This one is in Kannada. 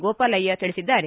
ಗೋಪಾಲಯ್ಯ ತಿಳಿಸಿದ್ದಾರೆ